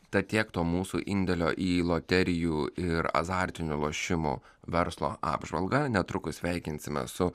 tad tiek to mūsų indėlio į loterijų ir azartinių lošimų verslo apžvalgą netrukus sveikinsimės su